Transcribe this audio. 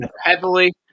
heavily